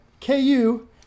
KU